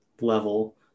level